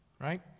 right